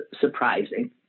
surprising